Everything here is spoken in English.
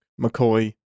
McCoy